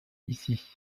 ici